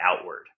outward